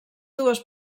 dues